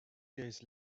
days